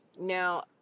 Now